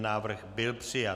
Návrh byl přijat.